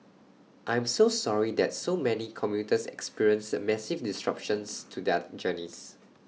I am sorry that so many commuters experienced massive disruptions to their journeys